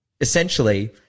essentially